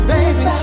Baby